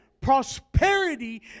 prosperity